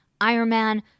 Ironman